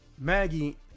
Maggie